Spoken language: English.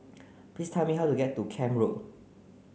please tell me how to get to Camp Road